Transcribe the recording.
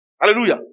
Hallelujah